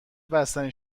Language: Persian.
بستنی